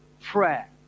prayer